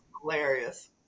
hilarious